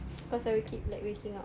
cause I'll keep like waking up